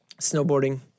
Snowboarding